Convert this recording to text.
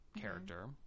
character